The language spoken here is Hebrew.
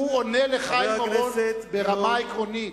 הוא עונה לחיים אורון ברמה עקרונית.